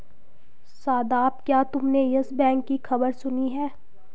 शादाब, क्या तुमने Yes Bank की खबर सुनी है?